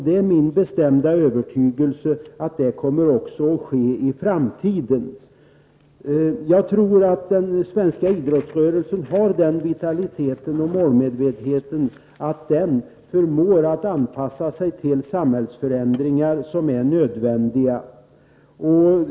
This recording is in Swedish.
Det är min bestämda övertygelse att det även kommer att ske i framtiden. Jag tror att den svenska idrottsrörelsen har den vitaliteten och målmedvetenheten att den förmår att anpassa sig till nödvändiga samhällsförändringar.